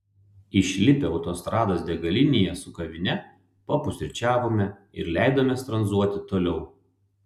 išlipę autostrados degalinėje su kavine papusryčiavome ir leidomės tranzuoti toliau